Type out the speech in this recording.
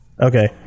okay